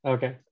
Okay